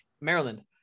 Maryland